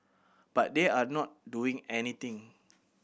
but they are not doing anything